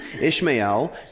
Ishmael